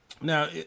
Now